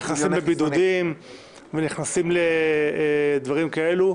-- נכנסים לבידודים ונכנסים לדברים כאלו,